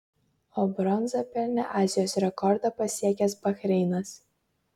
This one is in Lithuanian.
o bronzą pelnė azijos rekordą pasiekęs bahreinas